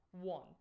One